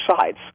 sides